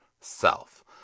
self